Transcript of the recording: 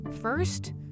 First